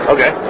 Okay